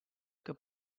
que